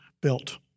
built